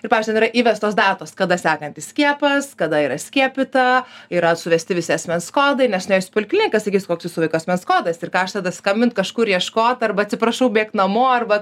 ir pavyzdžiui ten yra įvestos datos kada sekantis skiepas kada yra skiepyta yra suvesti visi asmens kodai nes nuėjus į pulkininką sakys koks jūsų vaiko asmens kodas ir ką aš tada skambint kažkur ieškot arba atsiprašau bėkt namo arba